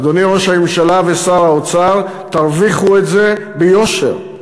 אדוני ראש הממשלה ושר האוצר, תרוויחו את זה ביושר.